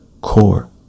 core